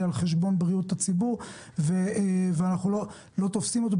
על חשבון בריאות הציבור ואנחנו לא תופסים אותו,